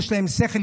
יש להם שכל,